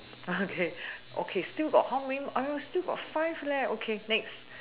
okay okay still got how many !aiyo! still got five leh okay next